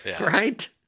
right